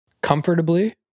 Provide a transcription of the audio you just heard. comfortably